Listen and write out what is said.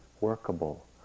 workable